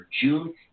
June